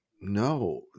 no